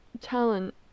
talent